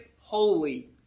holy